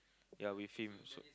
ya with him so